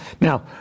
Now